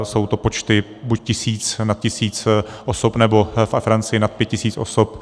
Jsou to počty buď tisíc, nad tisíc osob nebo ve Francii nad 5 tisíc osob.